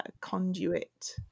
conduit